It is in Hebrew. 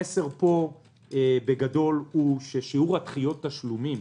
המסר פה בגדול הוא ששיעור דחיות התשלומים